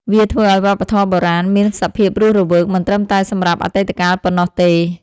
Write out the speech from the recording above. វាធ្វើឲ្យវប្បធម៌បុរាណមានសភាពរស់រវើក មិនត្រឹមតែសម្រាប់អតីតកាលប៉ុណ្ណោះទេ